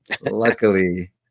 Luckily